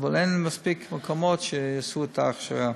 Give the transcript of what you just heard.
אבל אין מספיק מקומות שיעשו את ההכשרה.